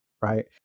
Right